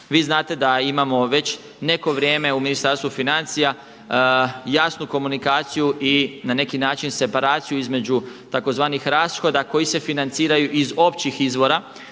Vi znate da imamo već neko vrijeme u Ministarstvu financija jasnu komunikaciju i na neki način separaciju između tzv. rashoda koji se financiraju iz općih izvora,